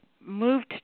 moved